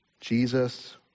Jesus